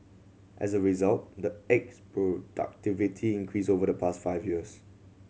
as a result eggs productivity increased over the past five years